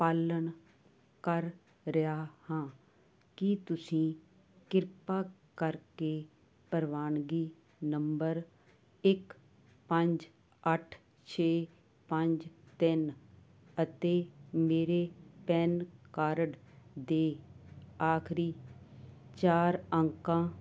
ਪਾਲਣ ਕਰ ਰਿਹਾ ਹਾਂ ਕੀ ਤੁਸੀਂ ਕਿਰਪਾ ਕਰਕੇ ਪ੍ਰਵਾਨਗੀ ਨੰਬਰ ਇੱਕ ਪੰਜ ਅੱਠ ਛੇ ਪੰਜ ਤਿੰਨ ਅਤੇ ਮੇਰੇ ਪੈਨ ਕਾਰਡ ਦੇ ਆਖਰੀ ਚਾਰ ਅੰਕਾਂ